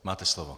Máte slovo.